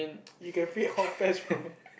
you can bro